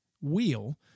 wheel